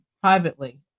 privately